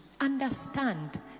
Understand